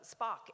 Spock